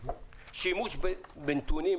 שימוש בנתונים,